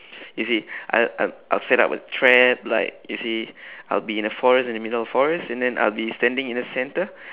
you see I'll I'll I'll set up a trap like you see I'll be in a forest in the middle of a forest and then I'll be standing in the centre